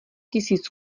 tisíc